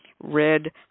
red